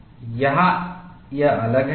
यहाँ यह अलग है